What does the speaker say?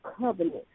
covenant